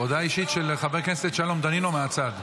הודעה אישית של חבר הכנסת שלום דנינו, מהצד.